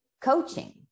coaching